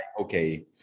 okay